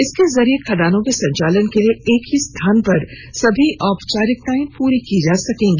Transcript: इसके जरिये खदानों के संचालन के लिए एक ही स्थान पर सभी औपचारिकताएं पूरी की जा सकेंगी